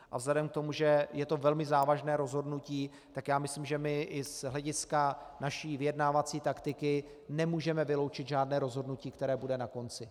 A vzhledem k tomu, že je to velmi závažné rozhodnutí, tak myslím, že my i z hlediska naší vyjednávací taktiky nemůžeme vyloučit žádné rozhodnutí, které bude na konci.